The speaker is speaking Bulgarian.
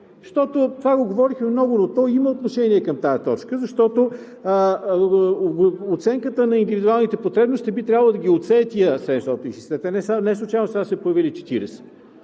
защото това го говорихме много, но то има отношение към тази точка, защото оценката на индивидуалните потребности би трябвало да ги отсее тези 760, неслучайно сега са се появили 40.